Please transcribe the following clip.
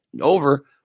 over